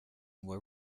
were